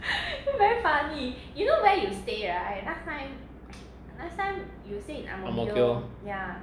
ang mo kio